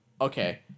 okay